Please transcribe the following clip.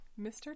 Mr